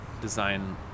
design